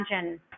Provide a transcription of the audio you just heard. imagine